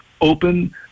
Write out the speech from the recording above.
open